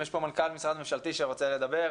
יש פה מנכ"ל משרד ממשלתי שרוצה לדבר,